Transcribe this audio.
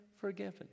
forgiven